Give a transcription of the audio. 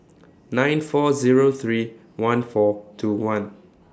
nine four Zero three one four two one